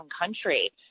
country